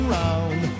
round